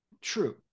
True